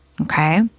okay